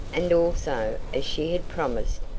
and also, as she had promised,